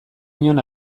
inon